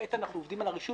כעת אנחנו עובדים על הרישוי,